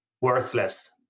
worthless